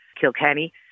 Kilkenny